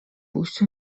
пусть